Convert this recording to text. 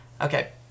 Okay